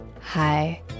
Hi